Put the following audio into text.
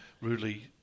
rudely